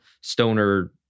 stoner